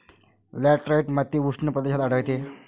laterite माती उष्ण प्रदेशात आढळते